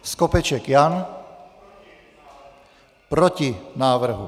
Skopeček Jan: Proti návrhu.